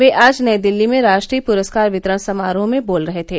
वे आज नई दिल्ली में राष्ट्रीय पुरस्कार वितरण समारोह में बोल रहे थे